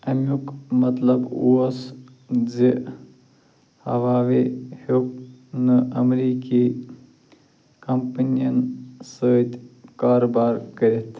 امیُک مطلب اوس زِ ہواوے ہِیو٘ک نہٕ امریکی کٔمپٔنٮ۪ن سۭتۍ کاروبار کٔرِتھ